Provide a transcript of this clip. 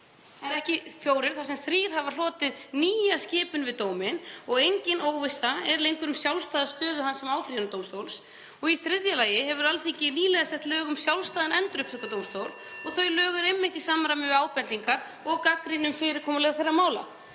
einn, ekki fjórir, þar sem þrír hafa hlotið nýja skipun við dóminn og engin óvissa er lengur um sjálfstæða stöðu hans sem áfrýjunardómstóls. Í þriðja lagi hefur Alþingi nýlega sett lög um sjálfstæðan endurupptökudómstól og þau lög eru einmitt í samræmi við ábendingar og gagnrýni um fyrirkomulag þeirra mála.